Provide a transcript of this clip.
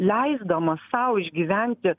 leisdamas sau išgyventi